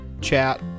chat